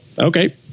okay